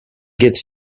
gets